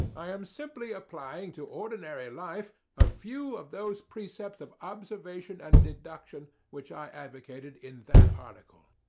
i am simply applying to ordinary life a few of those precepts of observation and deduction which i advocated in that article.